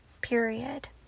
period